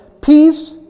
peace